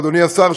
אדוני השר,